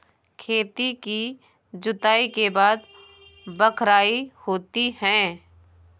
खेती की जुताई के बाद बख्राई होती हैं?